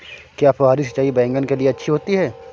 क्या फुहारी सिंचाई बैगन के लिए अच्छी होती है?